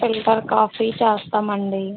filter coffee చేస్తామండీ